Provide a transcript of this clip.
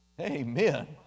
Amen